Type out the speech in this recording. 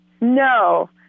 No